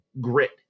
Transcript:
grit